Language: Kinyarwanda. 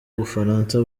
ubufaransa